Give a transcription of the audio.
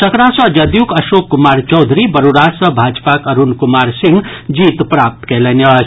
सकरा सॅ जदयूक अशोक कुमार चौधरी बरूराज सॅ भाजपाक अरूण कुमार सिंह जीत प्राप्त कयलनि अछि